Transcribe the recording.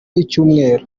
y’icyumweru